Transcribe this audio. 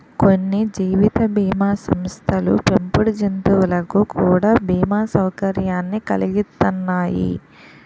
కొన్ని జీవిత బీమా సంస్థలు పెంపుడు జంతువులకు కూడా బీమా సౌకర్యాన్ని కలిగిత్తన్నాయి